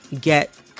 get